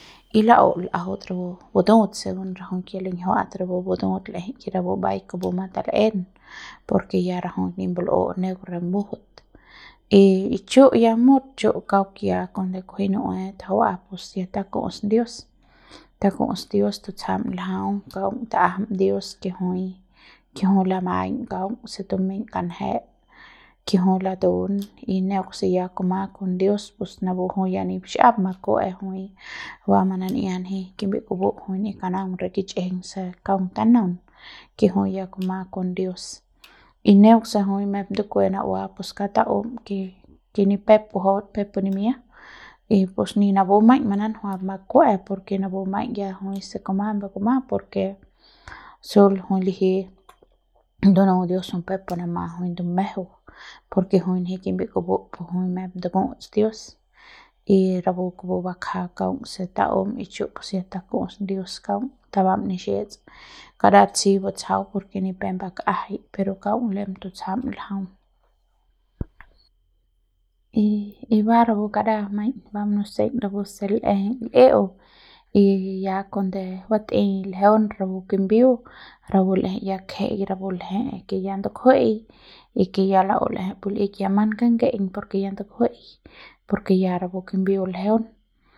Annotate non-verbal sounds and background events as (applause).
(noise) y la'u l'ajaut rapu batu'ut según rajuik ya linjiua'at rapu bat'ut le'ejei ke rajuik mbai ke kupu matal'en por ke ya rajuik nip mbal'u neuk ne mu'jut y y chu y chu ya mut chu kauk ya kunade kunji nu'ue tajua'a pus ya taku'us dios taku'us dios tutsjam ljau kaung ta'ajam dios ke jui ke jui lamaiñ kaung se tumeiñ kanjet ke jui latuun y neuk se ya kuma kon dios pus napu jui ya nixap makue'e jui manan'ia nji kimbiep kupu jui ya kanaung re kichjiñ se kaung tanaun ke jui ya kuma kon dios y neuk se jui ni ndukue na'ua pus kaung ta'um ke ni pep kujuaut peuk pu nimia y pus ni napu maiñ ni nanjuap makue'e por ke napu maiñ ya jui se kuma pu kuma por ke sul jui liji ndunu dios jui peuk pu nama jui ndumejeu por ke jui nji kimbiep kupu pus jui nip nduku'uts dios y rapu kupu bakja kaung se taum y chu ya taku'us dios kaung tabam nixets karat si batsjau por ke ni pe bak'jai pero kaung lem tutsjam ljau y y ba rapu kara maiñ ba nuseiñ rapu l'ejei l'e'eu y ya kuande batei ljeun rapu kimbiu rapu l'ejei ya kje'ei rapu lje'e ke ya ndukjue'ei y ya la'u le'ejei pu l'ik ya man kange'eiñ por ke ya ndukjue'ei por ke ya rapu kimbiu l'jeun.